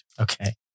Okay